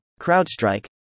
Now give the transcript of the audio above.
CrowdStrike